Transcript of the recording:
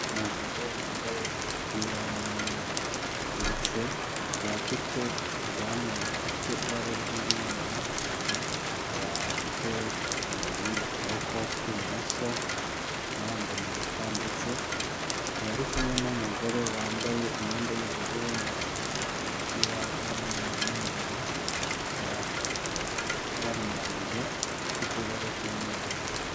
Umugabo wambaye umupira w'umweru ndetse akaba afite ubwanwa bufite ibara ry'umweru, akaba afite inkoni mu kuboko kw'ibumoso, akaba yambaye impeta ndetse akaba ari kumwe n'umugore wambaye imyenda y'ubururu ndetse n'umupira w'umweru, mo imbere akaba bari mu nzu ifite ibara ry'umweru.